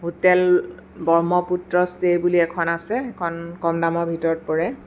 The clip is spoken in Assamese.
হোটেল ব্ৰহ্মপুত্ৰ ষ্টে বুলি এখন আছে সেইখন কম দামৰ ভিতৰত পৰে